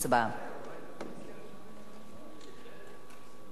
ההצעה להעביר את הצעת חוק ניירות ערך (תיקון מס' 48) (תעודות